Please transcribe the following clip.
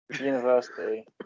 University